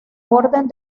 orden